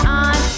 on